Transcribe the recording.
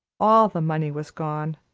all the money was gone,